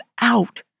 out